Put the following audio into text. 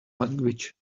language